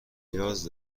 نیاز